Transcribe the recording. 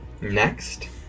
next